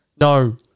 No